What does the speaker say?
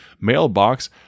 mailbox